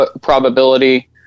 probability